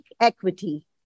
equity